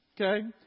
okay